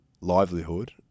livelihood